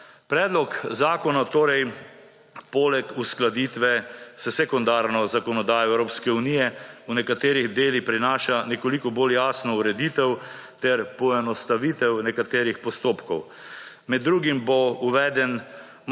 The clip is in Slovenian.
Predlog zakona torej poleg uskladitve s sekundarno zakonodajo Evropske unije v nekaterih delih prinaša nekoliko bolj jasno ureditev ter poenostavitev nekaterih postopkov. Med drugim bo uveden